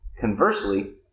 Conversely